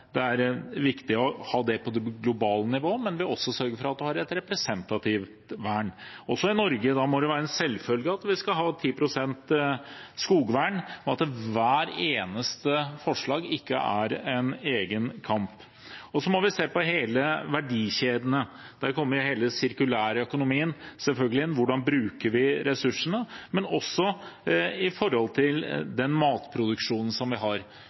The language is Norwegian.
viktig å ha det på det globale nivået, men vi må også sørge for at vi har et representativt vern i Norge. Da må det være en selvfølge at vi skal ha 10 pst. skogvern, og at ikke hvert eneste forslag er en egen kamp. Vi må også se på hele verdikjedene. Der kommer sirkulærøkonomien inn, selvfølgelig. Hvordan bruker vi ressursene? Men det gjelder også matproduksjonen vi har, både i Norge og internasjonalt. Vi